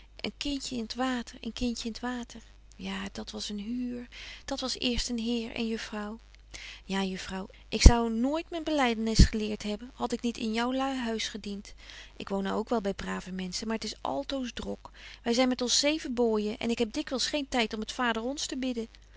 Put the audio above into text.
een kindje in t water een kindje in t water ja dat was een huur dat was eerst een heer en juffrouw ja juffrouw ik zou nooit men belydenis geleert hebben had ik niet in joului huis gedient ik woon nou ook wel by brave mensen maar het is altoos drok wy zyn met ons zeven booijen en ik heb dikwyls geen tyd om t vader ons te bidden